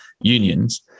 unions